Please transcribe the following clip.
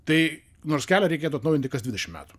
tai nors kelią reikėtų atnaujinti kas dvidešim metų